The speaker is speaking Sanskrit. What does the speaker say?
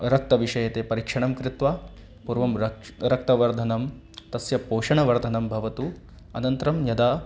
रक्तविषये ते परीक्षणं कृत्वा पूर्वं रक्षा रक्तवर्धनं तस्य पोषणवर्धनं भवतु अनन्तरं यदा